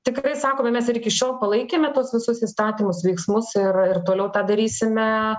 tikrai sakome mes ir iki šiol palaikėme tuos visus įstatymus veiksmus ir ir toliau tą darysime